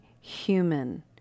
human